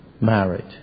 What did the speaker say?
married